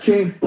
King